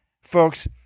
folks